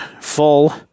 full